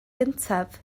gyntaf